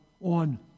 on